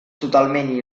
totalment